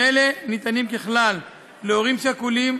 ואלה ניתנים ככלל להורים שכולים,